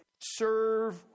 serve